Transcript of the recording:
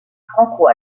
franco